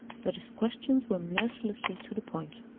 but his questions were mercilessly to the point